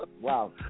Wow